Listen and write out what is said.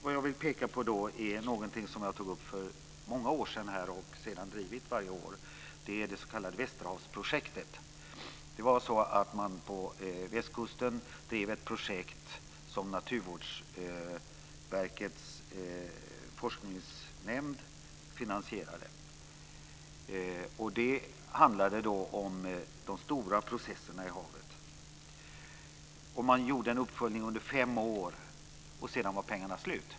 Det jag vill peka på är någonting som jag tog upp för många år sedan och därefter har drivit varje år, nämligen det s.k. Västerhavsprojektet. På västkusten drev man ett projekt som Naturvårdsverkets forskningsnämnd finansierade. Det handlade om de stora processerna i havet. Man gjorde en uppföljning under fem år och sedan var pengarna slut.